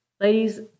Ladies